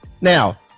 Now